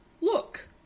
Look